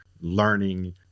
learning